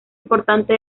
importante